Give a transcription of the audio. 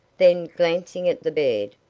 then, glancing at the bed,